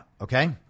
Okay